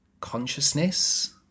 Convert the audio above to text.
consciousness